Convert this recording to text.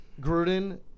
Gruden